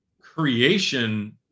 creation